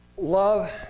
love